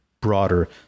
broader